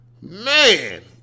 man